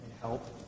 help